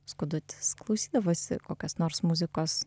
skudutis klausydavosi kokios nors muzikos